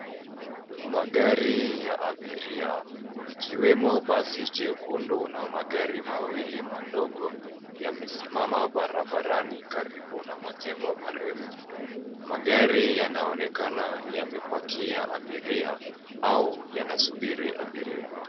Magari ya abiria ikiwemo basi jekundu na magari mawili madogo yamesimama barabarani karibu na majengo marefu. Magari yanaonekana yamepakia abiria au yanasubiri abiria.